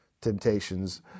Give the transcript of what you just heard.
temptations